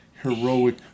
heroic